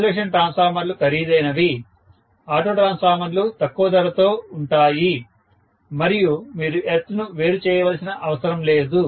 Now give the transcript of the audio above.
isolation ట్రాన్స్ఫార్మర్లు ఖరీదైనవి auto ట్రాన్స్ఫార్మర్లు తక్కువ ధరతో ఉంటాయి మరియు మీరు ఎర్త్ ను వేరు చేయవలసిన అవసరం లేదు